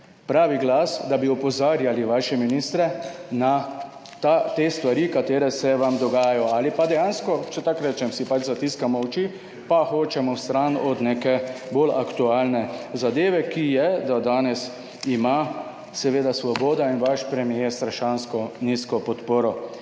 pravi glas, da bi opozarjali vaše ministre na te stvari, katere se vam dogajajo ali pa dejansko, če tako rečem, si pač zatiskamo oči, pa hočemo stran od neke bolj aktualne zadeve, ki je do danes ima seveda Svoboda in vaš premier strašansko nizko podporo.